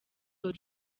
your